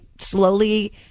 slowly